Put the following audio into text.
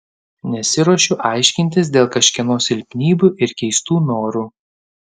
nesiruošiu aiškintis dėl kažkieno silpnybių ir keistų norų